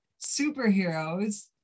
superheroes